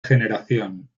generación